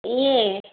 ईअं